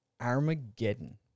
Armageddon